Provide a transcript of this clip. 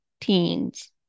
teens